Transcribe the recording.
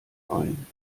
ein